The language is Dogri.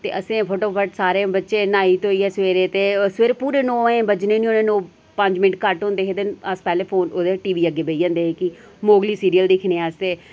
असें फटोफट्ट सारे बच्चें न्हाई धोइयै सवेरै ते फेर पूरे नौ बजे अजें बज्जे दे नीं होने पंज मिंट्ट घट्ट होंदे हे ते अस पैह्ले फोन ओह्दे टीवी अग्गें बेही जंदे हे कि मोगली सीरियल दिक्खने आस्तै